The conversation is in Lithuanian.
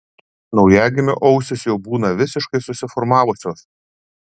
naujagimio ausys jau būna visiškai susiformavusios